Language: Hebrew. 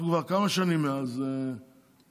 אנחנו כבר כמה שנים מאז התוכנית.